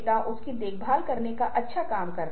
उनके पास इसके अस्तित्व का आयाम था